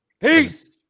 Peace